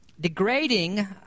degrading